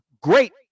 great